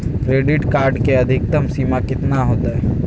Credit card के अधिकतम सीमा कितना होते?